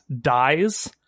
dies